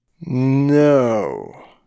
no